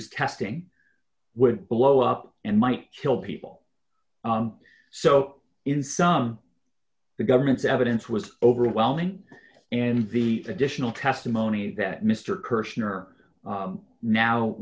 was testing would blow up and might kill people so in some the government's evidence was overwhelming and the additional testing monye that mr